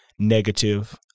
negative